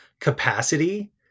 capacity